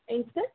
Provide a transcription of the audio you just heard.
ఏంటి సార్